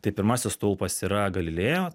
tai pirmasis stulpas yra galilėjo